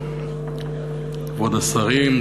כבוד השרים,